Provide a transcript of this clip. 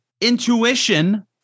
Intuition